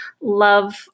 Love